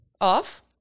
off